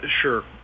sure